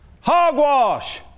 Hogwash